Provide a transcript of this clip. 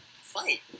fight